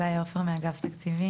אני גאיה עפר, מאגף תקציבים.